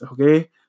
Okay